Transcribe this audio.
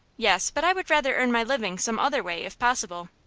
yes but i would rather earn my living some other way, if possible.